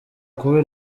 kuba